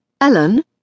Ellen